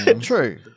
True